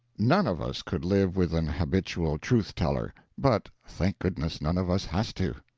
none of us could live with an habitual truth-teller but, thank goodness, none of us has to.